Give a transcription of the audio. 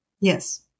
yes